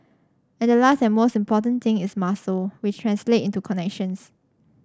and the last and most important thing is muscle which translate into connections